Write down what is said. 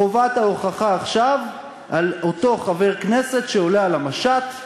חובת ההוכחה עכשיו על אותו חבר כנסת שעולה על המשט,